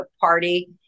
party